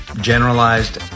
Generalized